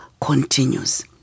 continues